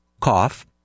cough